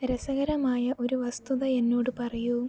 രസകരമായ ഒരു വസ്തുത എന്നോട് പറയൂ